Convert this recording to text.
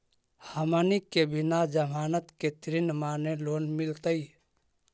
हमनी के बिना जमानत के ऋण माने लोन मिलतई?